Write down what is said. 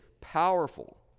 powerful